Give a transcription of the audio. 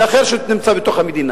ואחר שנמצא בתוך המדינה,